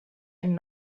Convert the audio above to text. and